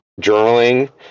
journaling